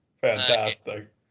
Fantastic